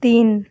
তিন